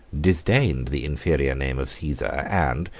disdained the inferior name of caesar, and,